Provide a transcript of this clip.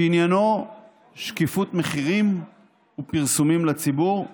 שעניינו שקיפות מחירים ופרסומים לציבור,